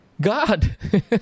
God